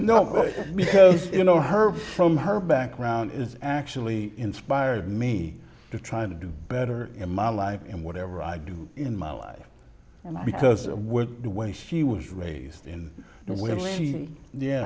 know because you know her from her background is actually inspired me to try to do better in my life and whatever i do in my life and because of where the way she was raised in